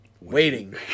waiting